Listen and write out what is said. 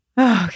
Okay